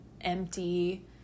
empty